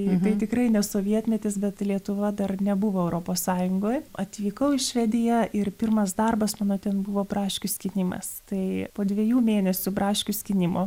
tai tikrai ne sovietmetis bet lietuva dar nebuvo europos sąjungoj atvykau į švediją ir pirmas darbas mano ten buvo braškių skynimas tai po dviejų mėnesių braškių skynimo